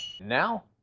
Now